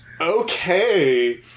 Okay